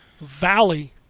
Valley